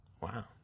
Wow